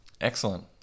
Excellent